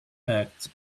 fact